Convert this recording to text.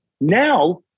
Now